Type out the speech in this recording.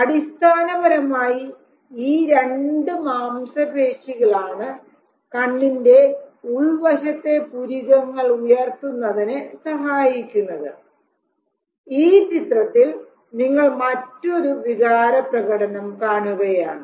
അടിസ്ഥാനപരമായി ഈ രണ്ടു മാംസപേശികളാണ് കണ്ണിൻറെ ഉൾവശത്തെ പുരികങ്ങൾ ഉയർത്തുന്നതിന് സഹായിക്കുന്നത് ഈ ചിത്രത്തിൽ നിങ്ങൾ മറ്റൊരു വികാരപ്രകടനം കാണുകയാണ്